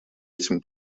этим